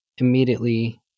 immediately